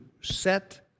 set